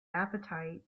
appetite